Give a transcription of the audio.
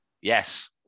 Yes